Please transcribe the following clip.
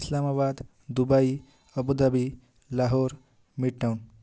Islamabad Dubai Abu Dhabi Lahore midtown